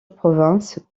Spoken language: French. provence